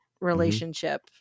relationship